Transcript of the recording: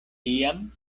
tiam